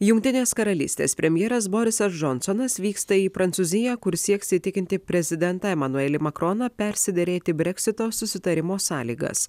jungtinės karalystės premjeras borisas džonsonas vyksta į prancūziją kur sieks įtikinti prezidentą emanuelį makroną persiderėti breksito susitarimo sąlygas